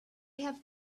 have